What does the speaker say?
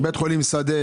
בית חולים שדה.